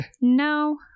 No